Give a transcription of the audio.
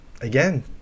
again